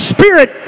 Spirit